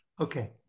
Okay